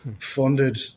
funded